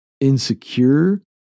Insecure